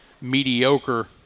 mediocre